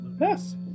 Yes